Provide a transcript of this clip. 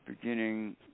beginning